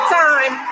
time